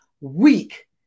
weak